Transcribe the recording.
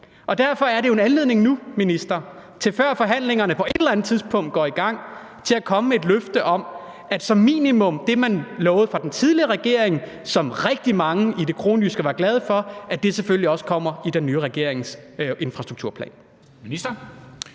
Derfor er det jo en anledning nu, minister, til – før forhandlingerne på et eller andet tidspunkt går i gang – som minimum at komme med et løfte om, at det, man lovede fra den tidligere regerings side, og som rigtig mange i det kronjyske var glade for, selvfølgelig også kommer med i den nye regerings infrastrukturplan.